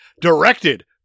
directed